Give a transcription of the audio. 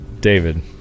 David